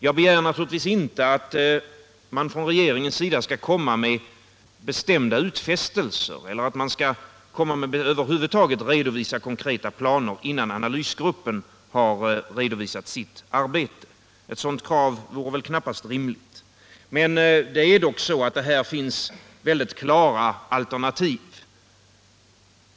Jag begär naturligtvis inte att regeringen skall göra bestämda utfästelser eller över huvud taget lämna några konkreta planer innan analysgruppen har redovisat sitt arbete. Ett sådant krav vore knappast rimligt. Men här finns ändå väldigt klara alternativ.